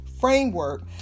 framework